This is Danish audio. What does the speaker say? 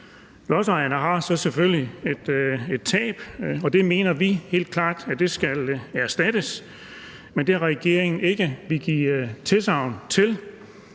Lodsejerne har så selvfølgelig et tab, og det mener vi helt klart skal erstattes, men det vil regeringen ikke give tilsagn om.